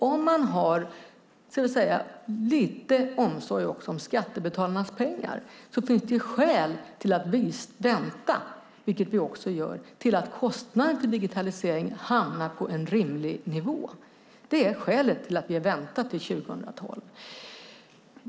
Om man har lite omsorg också om skattebetalarnas pengar finns det dock skäl att vänta, vilket vi också gör, tills kostnaden för digitalisering hamnar på en rimlig nivå. Det är skälet till att vi väntar till 2012.